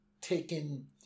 taken